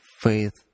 faith